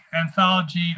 anthology